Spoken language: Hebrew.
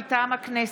מטעם הכנסת,